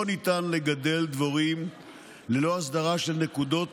לא ניתן לגדל דבורים ללא הסדרה של נקודות